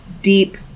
deep